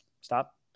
stop